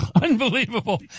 Unbelievable